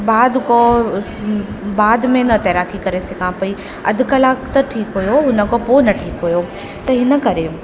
बाद पोइ बाद में न तैराकी करे सघां पेई अधु कलाकु त ठीकु हुओ हुनखां पोइ न ठीकु हुओ त हिन करे